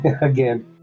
again